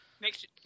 next